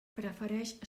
prefereix